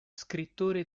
scrittore